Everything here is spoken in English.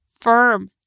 firm